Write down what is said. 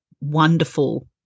wonderful